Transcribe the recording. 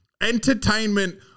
Entertainment